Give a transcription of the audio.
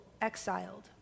exiled